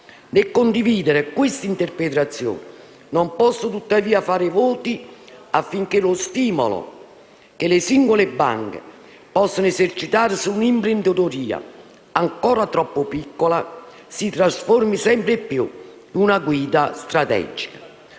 Nel condividere quest'interpretazione, non posso tuttavia non fare voti affinché lo stimolo che le singole banche possono esercitare su un'imprenditoria ancora troppo piccola si trasformi sempre più in una guida strategica.